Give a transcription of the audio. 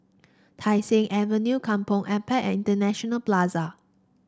Tai Seng Avenue Kampong Ampat and International Plaza